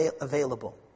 available